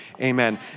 Amen